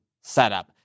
setup